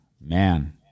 man